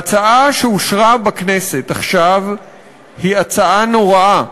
ההצעה שאושרה בכנסת עכשיו היא הצעה נוראה.